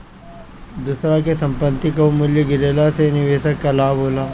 दूसरा के संपत्ति कअ मूल्य गिरला से निवेशक के लाभ होला